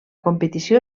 competició